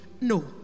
No